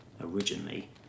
originally